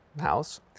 house